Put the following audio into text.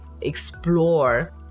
explore